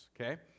Okay